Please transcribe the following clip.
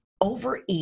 overeat